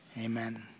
amen